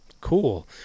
cool